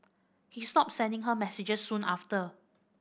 he stopped sending her messages soon after